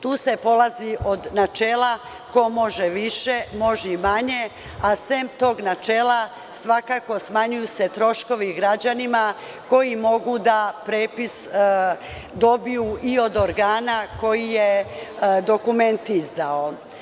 Tu se polazi od načela ko može više, može i manje, a sem tog načela svakako smanjuju se troškovi građanima koji mogu da prepis dobiju i od organa koji je dokument izdao.